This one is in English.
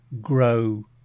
grow